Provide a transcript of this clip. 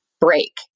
break